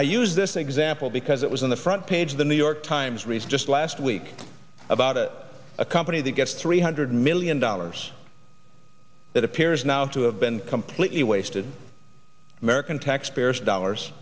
i use this example because it was on the front page of the new york times research just last week about it a company that gets three hundred million dollars that appears now to have been completely wasted american taxpayers dollars